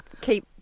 keep